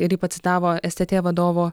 ir ji pacitavo stt vadovo